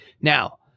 Now